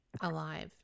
alive